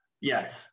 Yes